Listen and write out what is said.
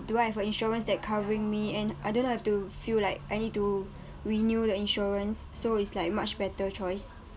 do I have a insurance that covering me and I do not have to feel like I need to renew the insurance so it's like much better choice